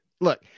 look